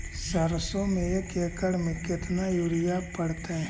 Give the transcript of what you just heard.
सरसों में एक एकड़ मे केतना युरिया पड़तै?